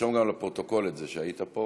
נרשום גם לפרוטוקול את זה, שהיית פה.